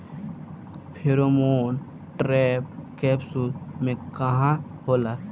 Pheromone trap capsule में का होला?